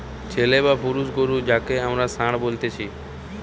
ছেলে বা পুরুষ গরু যাঁকে আমরা ষাঁড় বলতেছি